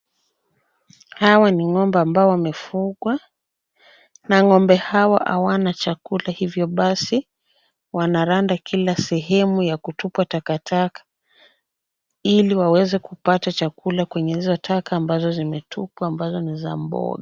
Hawa ni ng'ombe ambao wamefugwa na ng'ombe hawa hawana chakula hivyo basi wanaranda kila sehemu ya kutupwa takataka, ili waweze kupata chakula kwenye hizo taka ambazo zimetupwa, ambazo ni za mboga.